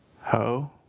Ho